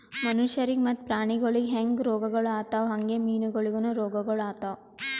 ಮನುಷ್ಯರಿಗ್ ಮತ್ತ ಪ್ರಾಣಿಗೊಳಿಗ್ ಹ್ಯಾಂಗ್ ರೋಗಗೊಳ್ ಆತವ್ ಹಂಗೆ ಮೀನುಗೊಳಿಗನು ರೋಗಗೊಳ್ ಆತವ್